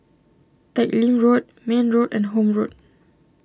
Teck Lim Road Mayne Road and Horne Road